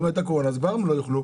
אם יש קורונה, אז כבר הם לא יוכלו.